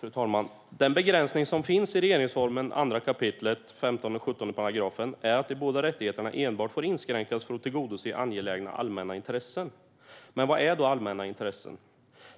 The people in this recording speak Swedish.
Fru talman! Den begränsning som finns i regeringsformen 2 kap. 15 och 17 § är att de båda rättigheterna endast får inskränkas för att tillgodose angelägna allmänna intressen. Men vad är då allmänna intressen?